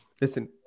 Listen